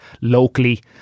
locally